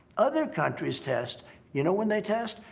other countries test you know when they test?